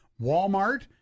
Walmart